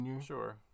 sure